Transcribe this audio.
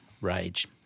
Rage